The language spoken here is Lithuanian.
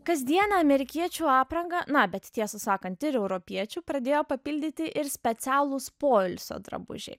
kasdienę amerikiečių aprangą na bet tiesą sakant ir europiečių pradėjo papildyti ir specialūs poilsio drabužiai